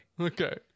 okay